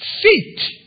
feet